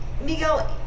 Miguel